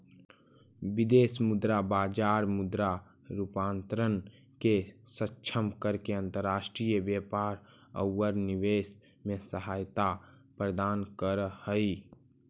विदेश मुद्रा बाजार मुद्रा रूपांतरण के सक्षम करके अंतर्राष्ट्रीय व्यापार औउर निवेश में सहायता प्रदान करऽ हई